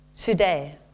today